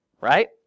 Right